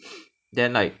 then like